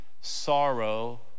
sorrow